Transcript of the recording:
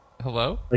Hello